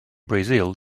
brazil